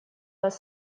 вас